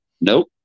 Nope